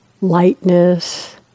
lightness